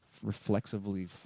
Reflexively